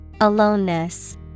Aloneness